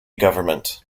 government